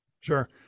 Sure